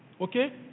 Okay